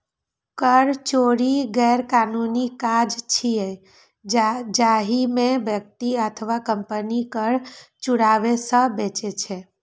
कर चोरी गैरकानूनी काज छियै, जाहि मे व्यक्ति अथवा कंपनी कर चुकाबै सं बचै छै